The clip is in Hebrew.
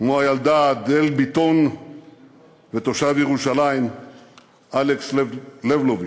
כמו הילדה אדל ביטון ותושב ירושלים אלכס לבלוביץ.